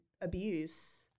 abuse